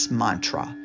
mantra